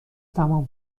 تمام